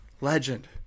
Legend